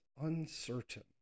uncertain